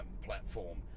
platform